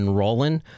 rolling